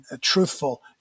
truthful